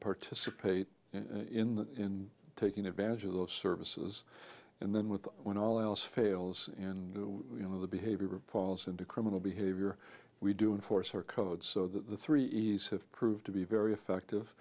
participate in that in taking advantage of those services and then with when all else fails and you know the behavior falls into criminal behavior we do force or code so the three e s have proved to be very effective